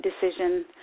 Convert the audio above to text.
decision